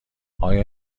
آیا